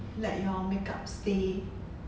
let your makeup stay